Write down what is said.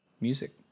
music